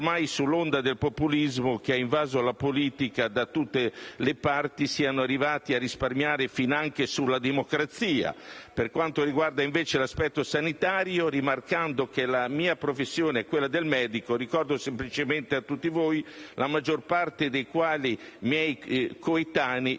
ormai sull'onda del populismo che ha invaso la politica da tutte le parti siamo arrivati a risparmiare finanche sulla democrazia; per quanto riguarda invece l'aspetto sanitario, rimarcando che la mia professione è quella del medico, ricordo semplicemente a tutti voi, la maggior parte dei quali miei coetanei,